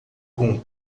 com